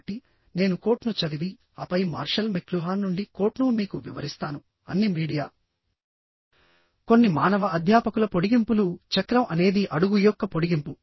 కాబట్టి నేను కోట్ను చదివి ఆపై మార్షల్ మెక్లుహాన్ నుండి కోట్ను మీకు వివరిస్తాను అన్ని మీడియా కొన్ని మానవ అధ్యాపకుల పొడిగింపులు చక్రం అనేది అడుగు యొక్క పొడిగింపు